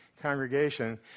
congregation